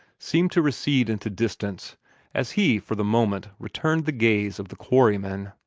seemed to recede into distance as he for the moment returned the gaze of the quarryman.